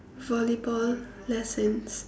volleyball lessons